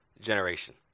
generation